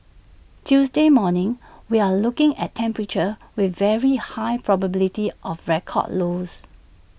Tuesday morning we're looking at temperatures with very high probability of record lows